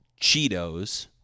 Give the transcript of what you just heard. Cheetos